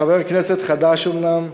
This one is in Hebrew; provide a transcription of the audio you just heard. חבר כנסת חדש אומנם,